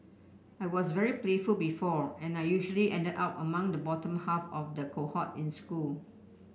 I was very playful before and I usually ended up among the bottom half of the cohort in school